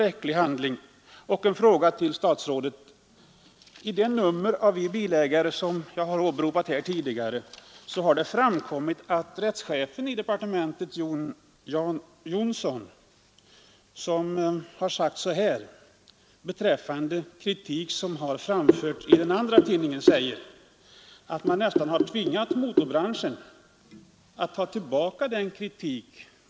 En fråga till statsrådet: I det nummer av Vi bilägare, som jag har åberopat här tidigare, har det framkommit att rättschefen i departementet Jan Johnsson nästan tvingade tidningen Motorbranschen att ta tillbaka sin kritik.